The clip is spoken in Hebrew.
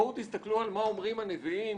בואו תסתכלו על מה אומרים הנביאים,